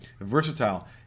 versatile